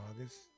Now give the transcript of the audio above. August